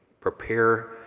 prepare